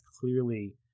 clearly